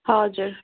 हजुर